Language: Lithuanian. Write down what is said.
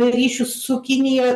ryšius su kinija